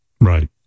Right